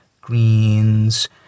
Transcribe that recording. Greens